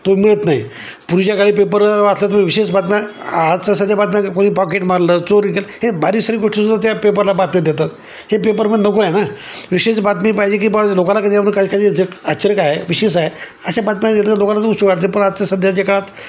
तो मिळत नाही पुर्वीच्या काळी पेपर वाचलं तर विशेष बातम्या आजच्या सध्या बातम्या कोणी पॉकेट मारलं चोर केलं हे बारीच सरी गोष्टीसुद्धा तर त्या पेपरला बातम्या देतात हे पेपरपण नको आहे ना विशेष बातमी पाहिजे की बा लोकाला कधी म्हणून काही का आश्चर्य काय विशेष काय आहे अशा बातम्या देत तर लोकांना उत्सुक वाटते आजच्या सध्याच्या काळात